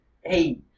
hey